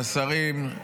לשרים,